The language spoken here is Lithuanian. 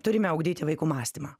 turime ugdyti vaikų mąstymą